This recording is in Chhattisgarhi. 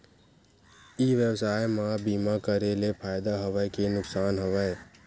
ई व्यवसाय म बीमा करे ले फ़ायदा हवय के नुकसान हवय?